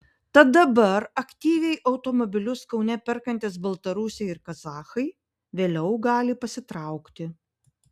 tad dabar aktyviai automobilius kaune perkantys baltarusiai ir kazachai vėliau gali pasitraukti